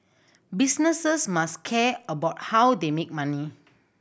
businesses must care about how they make money